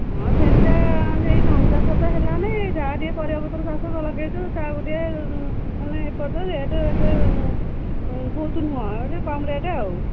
ହଁ ସେମିତି ସେଇ ଧାନଚାଷ ତ ହେଲା ନେଇ ଯାହା ଟିକିଏ ପରିବାପତ୍ର ଚାଷ ଲଗାଇଛୁ ତାହା ଗୋଟିଏ ମାନେ ଏପଟରେ ରେଟ୍ ଏତେ ବହୁତ ନୁହେଁ ଏ ଟିକିଏ କମ୍ ରେଟ୍ ଆଉ